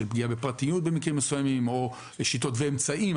פגיעה בפרטיות במקרים מסוימים או שיטות ואמצעים,